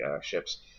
ships